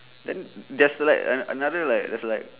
then there's like and another like that's like